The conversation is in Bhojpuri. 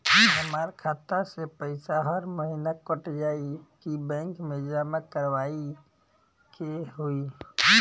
हमार खाता से पैसा हर महीना कट जायी की बैंक मे जमा करवाए के होई?